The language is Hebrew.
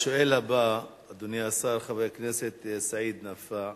השואל הבא, אדוני השר, חבר הכנסת סעיד נפאע